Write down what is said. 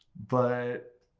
but